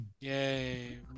Yay